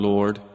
Lord